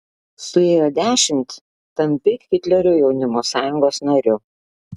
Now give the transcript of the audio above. suėjo dešimt tampi hitlerio jaunimo sąjungos nariu